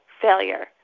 failure